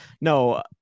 No